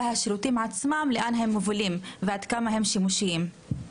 השירותים עצמם מובילים ועד כמה הם שימושיים.